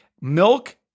Milk